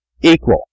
equal